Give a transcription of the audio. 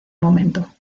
momento